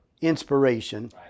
inspiration